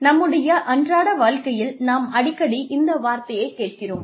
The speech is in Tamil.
நம்முடைய அன்றாட வாழ்க்கையில் நாம் அடிக்கடி இந்த வார்த்தையை கேட்கிறோம்